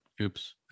Oops